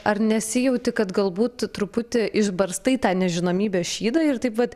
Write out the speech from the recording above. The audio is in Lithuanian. ar nesijauti kad galbūt tu truputį išbarstai tą nežinomybės šydą ir taip vat